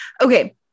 Okay